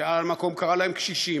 שעל המקום קרא להם קשישים.